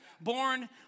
born